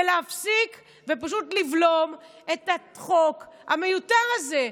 ולהפסיק ופשוט לבלום את החוק המיותר הזה,